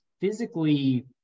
physically